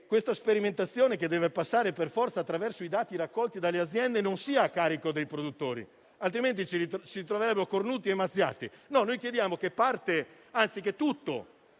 questa sperimentazione, che deve passare per forza attraverso i dati raccolti dalle aziende, non sia a carico dei produttori, altrimenti ci ritroveremo cornuti e mazziati, ma che tutto o parte di quel costo